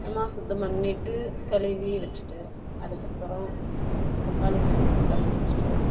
சுத்தமாக சுத்தம் பண்ணிட்டு கழுவி வச்சுட்டு அதுக்கப்புறம் தக்காளி தனியாக கழுவி வச்சுட்டு